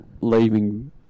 leaving